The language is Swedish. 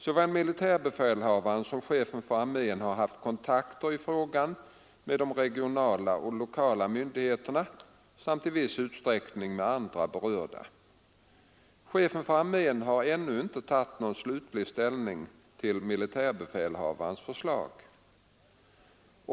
Såväl militärbefälhavaren som chefen för armén har haft kontakter i frågan med de regionala och lokala myndigheterna samt i viss utsträckning med andra berörda. Chefen för armén har ännu inte tagit någon slutlig ställning till militärbefälhavarens förslag.